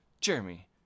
Jeremy